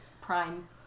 prime